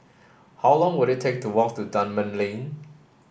how long will it take to walk to Dunman Lane